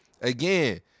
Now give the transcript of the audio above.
Again